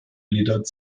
gliedert